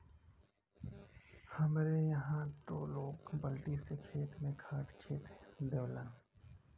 हमरे इहां त लोग बल्टी से सब खेत में खाद छिट देवलन